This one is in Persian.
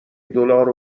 دلار